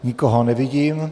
Nikoho nevidím.